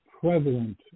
prevalent